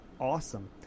awesome